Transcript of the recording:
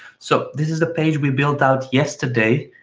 so this is the page we built out yesterday,